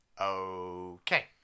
Okay